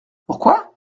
pourquoi